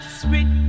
sweet